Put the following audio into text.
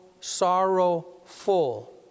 sorrowful